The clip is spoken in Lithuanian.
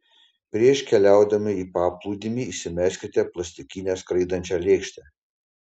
prieš keliaudami į paplūdimį įsimeskite plastikinę skraidančią lėkštę